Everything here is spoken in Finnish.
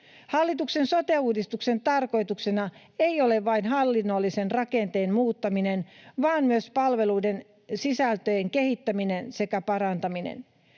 Hallituksen sote-uudistuksen tarkoituksena ei ole vain hallinnollisen rakenteen muuttaminen vaan myös palveluiden sisältöjen kehittäminen sekä parantaminen,